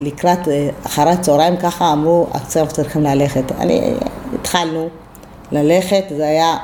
לקראת אחרת צהריים ככה אמרו עכשיו צריכים ללכת, התחלנו ללכת, זה היה